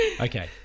Okay